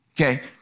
Okay